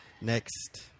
next